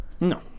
no